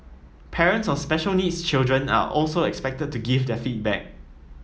parents of special needs children are also expected to give their feedback